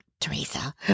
Teresa